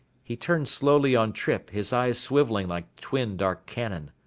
he turned slowly on trippe, his eyes swivelling like twin dark cannon.